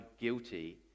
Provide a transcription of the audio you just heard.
guilty